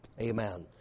Amen